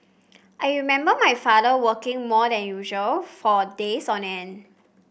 I remember my father working more than usual for days on end